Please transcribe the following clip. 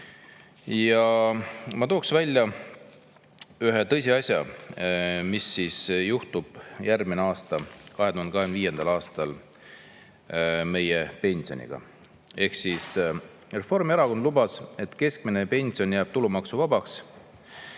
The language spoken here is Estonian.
Ma toon välja ühe tõsiasja, mis juhtub järgmisel aastal, 2025. aastal, meie pensioniga. Reformierakond lubas, et keskmine pension jääb tulumaksuvabaks,